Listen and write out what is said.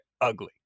ugly